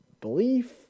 belief